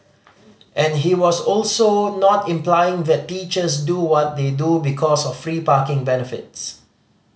and he was also not implying that teachers do what they do because of free parking benefits